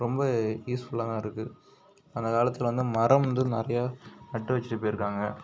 ரொம்ப யூஸ்ஃபுல்லாக தான் இருக்குது அந்த காலத்தில் வந்து மரம் வந்து நிறையா நட்டு வச்சுட்டுப் போயிருக்காங்க